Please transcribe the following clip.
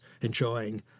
enjoying